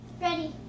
Ready